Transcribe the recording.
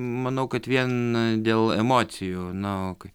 manau kad vien dėl emocijų na o kai